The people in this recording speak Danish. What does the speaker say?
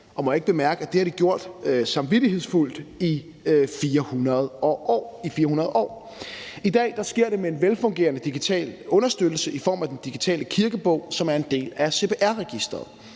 Og må jeg ikke bemærke, at det har de gjort samvittighedsfuldt i 400 år. I dag sker det med en velfungerende digital understøttelse i form af den digitale kirkebog, som er en del af CPR-registeret.